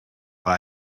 bei